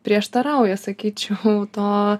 prieštarauja sakyčiau to